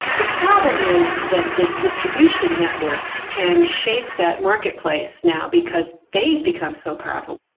the problem is that the distribution networks can shape that marketplace now because they've become so powerful.